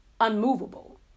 unmovable